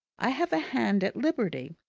i have a hand at liberty.